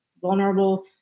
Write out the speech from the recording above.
vulnerable